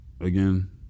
again